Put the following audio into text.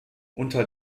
unter